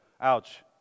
Ouch